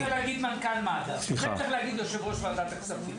להגיד מנכ"ל מד"א זה צריך להגיד יושב-ראש ועדת הכספים.